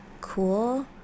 cool